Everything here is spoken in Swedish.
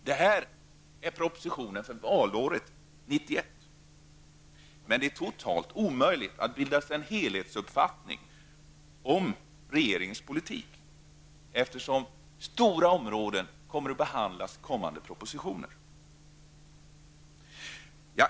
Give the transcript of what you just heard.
Detta är statsverkspropositionen för valåret 1991! Men det är ju totalt omöjligt att bilda sig en helhetsuppfattning av regeringens politik, eftersom stora områden skall behandlas i kommande propositioner.